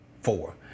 four